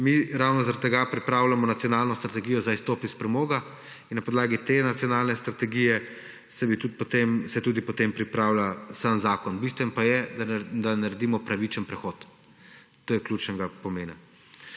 Zaradi tega pripravljamo nacionalno strategijo za izstop iz premoga in na podlagi te nacionalne strategije se tudi potem pripravlja sam zakon. Bistveno pa je, da naredimo pravičen prehod. To je ključnega pomena.